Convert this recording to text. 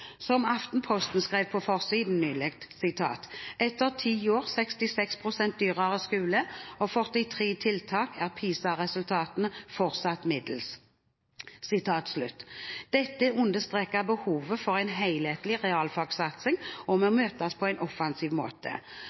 ressursbruken. Aftenposten skrev nylig på forsiden: «Etter ti år, 66 prosent dyrere skole og 43 tiltak er PlSA-resultatene fortsatt middels.» Dette understreker behovet for en helhetlig realfagssatsing og må møtes på en offensiv måte.